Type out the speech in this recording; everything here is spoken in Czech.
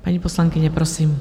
Paní poslankyně, prosím.